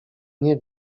nie